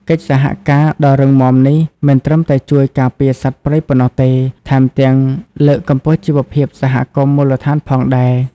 កិច្ចសហការដ៏រឹងមាំនេះមិនត្រឹមតែជួយការពារសត្វព្រៃប៉ុណ្ណោះទេ ថែមទាំងលើកកម្ពស់ជីវភាពសហគមន៍មូលដ្ឋានផងដែរ។